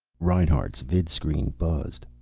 reinhart's vidscreen buzzed.